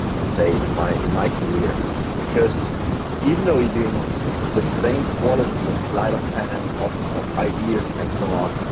and you could say, in my in my career because even though you are doing the same quality of sleight of hand, of of ideas and so on,